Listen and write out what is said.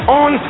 on